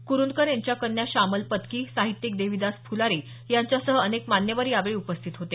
कुरुंदकर यांच्या कन्या शामल पत्की साहित्यिक देविदास फुलारी यांच्यासह अनेक मान्यवर यावेळी उपस्थित होते